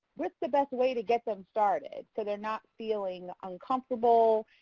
what's the best way to get them started so they're not feeling uncomfortable,